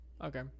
Okay